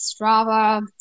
Strava